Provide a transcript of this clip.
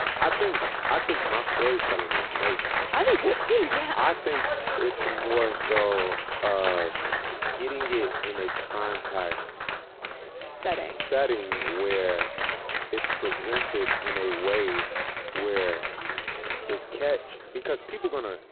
i think i think my storytelling is amazing. i think so too, yeah. i think it's moreso so of getting it in a compact setting. setting. where it's presented in a way where it catch, because people gonna,